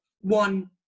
one